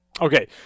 Okay